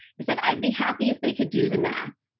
he said, i'd be happy if they could do the math,